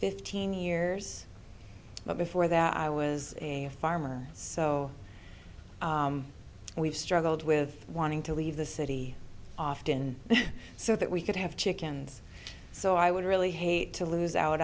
fifteen years but before that i was a farmer so we've struggled with wanting to leave the city often so that we could have chickens so i would really hate to lose out